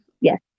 Yes